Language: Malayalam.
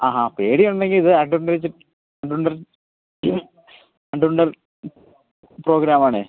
ആഹാ പേടിയുണ്ടെങ്കില് ഇത് അഡ്വഞ്ചർ പ്രോഗ്രാമാണേ